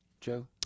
Joe